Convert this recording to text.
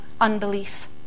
unbelief